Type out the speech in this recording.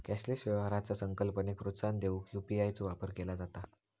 cashless व्यवहाराचा संकल्पनेक प्रोत्साहन देऊक यू.पी.आय चो वापर केला जाता